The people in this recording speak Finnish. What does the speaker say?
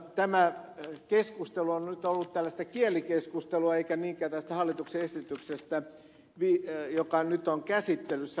tämä keskustelu on nyt ollut tällaista kielikeskustelua eikä niinkään keskustelua tästä hallituksen esityksestä joka nyt on käsittelyssä